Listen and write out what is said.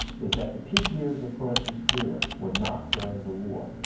is that the peak years of crosby's career were not during the war.